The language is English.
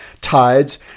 tides